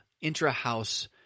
intra-house